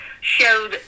showed